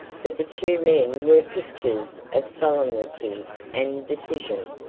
but the two men were pictures of solemnity and decision.